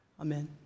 Amen